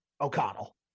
O'Connell